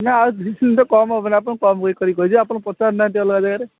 ନା ଆଉ କମ୍ ହେବନି ଆପଣଙ୍କୁ କମ୍ କରି କହିଛି ପଚାରୁ ନାହାନ୍ତି ଅଲଗା ଜାଗାରେ